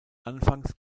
anfangs